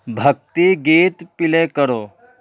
بھکتی گیت پل ے کرو